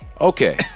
Okay